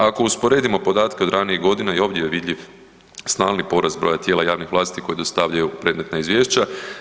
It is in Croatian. Ako usporedimo podatke od ranijih godina i ovdje je vidljiv stalni porast broja tijela javnih vlasti koja dostavljaju predmetna izvješća.